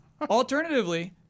Alternatively